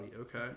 Okay